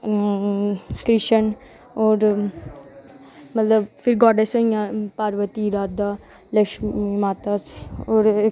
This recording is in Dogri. कृष्ण होर मतलब जियां फिर गॉर्डेस होइयां पार्वती राधा वैष्णो माता होर